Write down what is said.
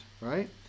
right